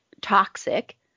toxic